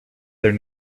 their